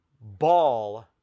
ball